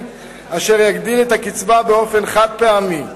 אשר יגדיל את הקצבה באופן חד-פעמי.